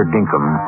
Dinkum